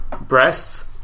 Breasts